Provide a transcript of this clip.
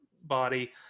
body